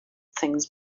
things